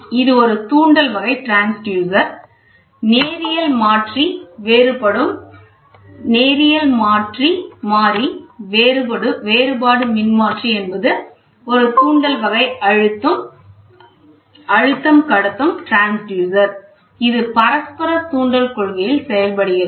இது ஒரு தூண்டல் வகை டிரான்ஸ்யூசர் நேரியல் மாறி வேறுபாடு மின்மாற்றி என்பது ஒரு தூண்டல் வகை அழுத்தம் கடத்தும் டிரான்ஸ்யூசர் இது பரஸ்பர தூண்டல் கொள்கையில் செயல்படுகிறது